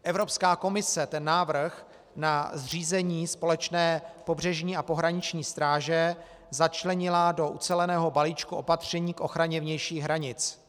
Evropská komise návrh na zřízení společné pobřežní a pohraniční stráže začlenila do uceleného balíčku opatření k ochraně vnějších hranic.